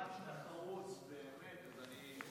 עם